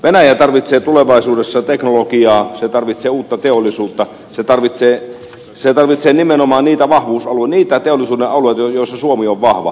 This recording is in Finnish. venäjä tarvitsee tulevaisuudessa teknologiaa se tarvitsee uutta teollisuutta se tarvitsee nimenomaan niitä teollisuuden alueita joilla suomi on vahva